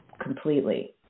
completely